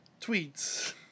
tweets